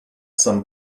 some